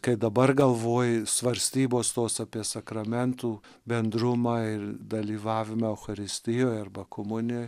kai dabar galvoji svarstybos tos apie sakramentų bendrumą ir dalyvavimą eucharistijoj arba komunijoj